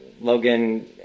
Logan